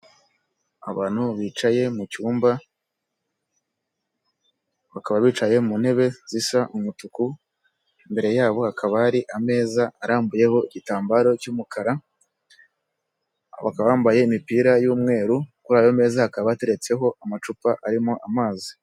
Abantu bicaye mu cyumba bakaba bicaye mu ntebe zisa umutuku imbere yabo hakaba hari ameza arambuyeho igitambaro cy'umukara, bakaba bambaye imipira y'umweru kuri ayo meza hakaba hateretseho amacupa arimo amazi.